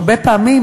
הרבה פעמים,